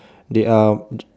they are